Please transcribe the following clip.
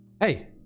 hey